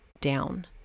down